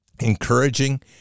encouraging